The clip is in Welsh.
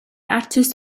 artist